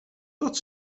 tot